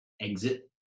exit